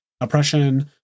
Oppression